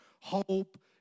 hope